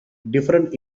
different